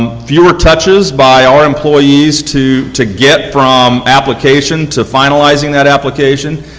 fewer touches by our employees to to get from application to finalize in that application,